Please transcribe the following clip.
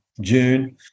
June